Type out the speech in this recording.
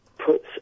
puts